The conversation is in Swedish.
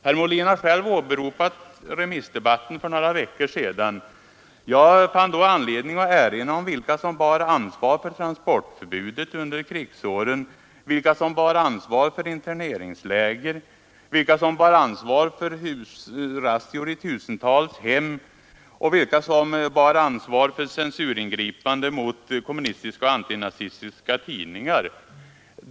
Herr Molin har själv åberopat remissdebatten för några dagar sedan. Jag fann då anledning att erinra om vilka som bar ansvaret för transportförbudet under krigsåren, för interneringsläger, för razzior i tusentals hem och för censuringripande mot kommunistiska och antinazistiska tidningar.